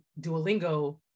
Duolingo